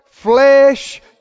flesh